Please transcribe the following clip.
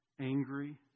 angry